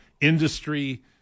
industry